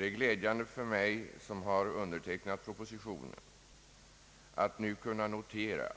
Det är glädjande för mig som har undertecknat propositionen att nu kunna notera,